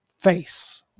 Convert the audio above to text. face